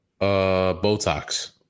Botox